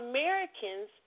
Americans